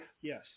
Yes